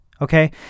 okay